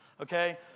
okay